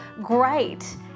great